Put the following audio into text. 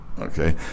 Okay